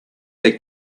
their